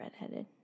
redheaded